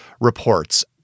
reports